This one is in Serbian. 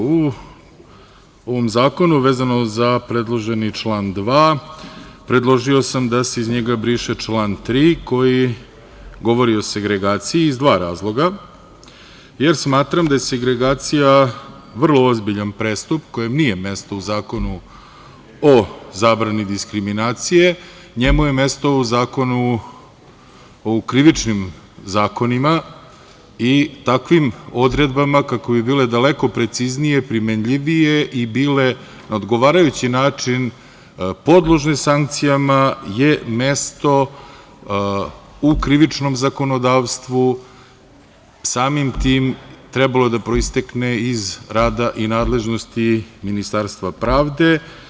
U ovom zakonu, vezano za predloženi član 2. predložio sam da se iz njega briše član 3. koji govori o segregaciji i to iz dva razloga, jer smatram da je segregacija vrlo ozbiljan prestup kojem nije mesto u Zakonu o zabrani diskriminacije, njemu je mesto u krivičnim zakonima i takvim odredbama kako bi bile daleko preciznije, primenljivije i bile na odgovarajući način podložne sankcijama, je mesto u Krivičnom zakonodavstvu, samim tim trebalo je da proistekne iz rada i nadležnosti Ministarstva pravde.